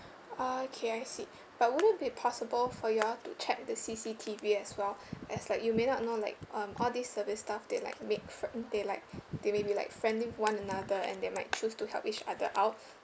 uh okay I see but would it be possible for you all to check the C_C_T_V as well as like you may not know like um all these service staff they like make frien~ they like they maybe friend with one another and that might choose to help each other out